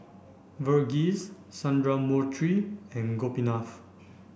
Verghese Sundramoorthy and Gopinath